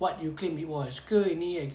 what you claim it was ke ini